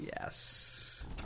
Yes